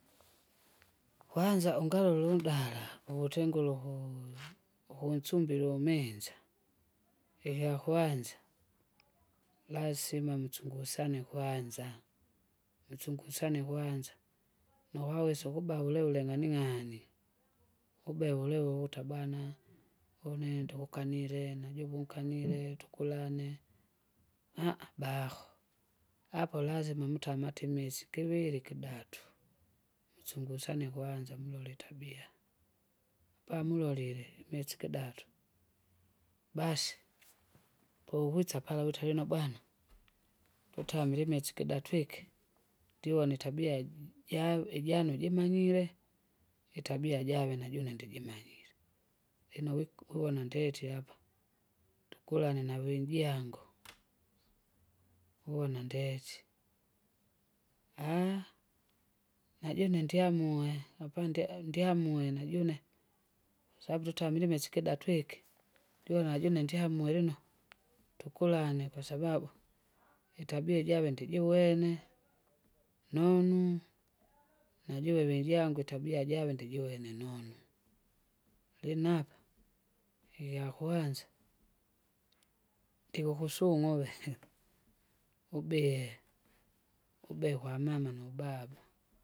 Kwanza ungalole undala ukutengule uku- ukunsumbile, ikyakwanza lasima musungusane kwanza, musungusane kwanza, nukawesa ukuba wulewule ng'aning'ani, ngube vulevu utabana une ndikukanile najuve unkanile tukulane, baho, apo lazima mtamatemisi kivili kidatu. Msungusane kwanza mulole itabia, apa mulolile imisi ikidatu, basi, pobwisa pala wute lino bwana, tutamile imisi ikidatu iki, ndivona itabia ji- javi- ijano jimanyire, itabia jave najune ndijimanyire. Lino wiku- uvona ndeti apa. ndukulane nawijangu, uvona ndeti, aaha! najune ndyamue apandi- ndiamue najune? Sabu tutamile imisu ikidatu iki, ndiwe najune ndihamue lino, tukulane kwasababu, itabia ijave ndijiwene, nonu, najuve vejangu itabia jave ndijiwene nonu, linapa, ikyakwanza, ndikukusung'u uve, ubihe, ubihe kwamama nubaba.